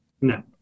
No